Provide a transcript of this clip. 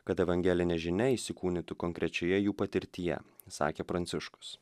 kad evangelinė žinia įsikūnytų konkrečioje jų patirtyje sakė pranciškus